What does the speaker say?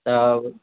त उहो